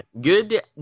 Good